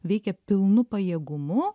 veikia pilnu pajėgumu